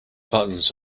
buttons